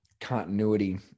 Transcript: continuity